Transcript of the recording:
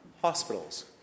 hospitals